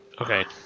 Okay